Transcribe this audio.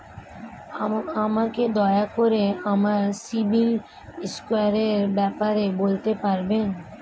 আমাকে দয়া করে আমার সিবিল স্কোরের ব্যাপারে বলতে পারবেন?